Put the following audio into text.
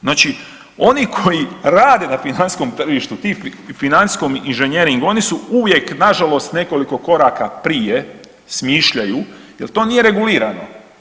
Znači oni koji rade na financijskom tržištu, financijskom inženjeringu oni su uvijek na žalost nekoliko koraka prije smišljaju jer to nije regulirano.